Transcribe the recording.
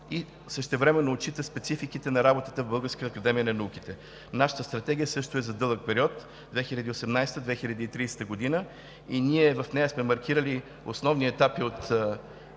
и същевременно отчита спецификите на работата в Българската академия на науките. Нашата стратегия също е за дълъг период – 2018 – 2030 г., и в нея сме маркирали основни етапи в